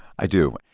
i do.